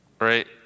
Right